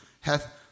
hath